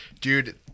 dude